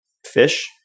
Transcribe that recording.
fish